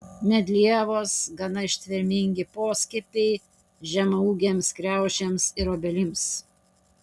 medlievos gana ištvermingi poskiepiai žemaūgėms kriaušėms ir obelims